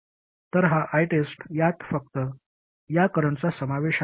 तर हा ITEST यात फक्त या करंटचा समावेश आहे